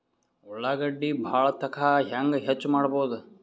ಉಳ್ಳಾಗಡ್ಡಿ ಬಾಳಥಕಾ ಹೆಂಗ ಹೆಚ್ಚು ಮಾಡಬಹುದು?